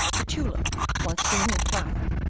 the tulip once being in flower,